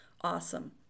awesome